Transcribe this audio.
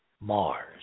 Mars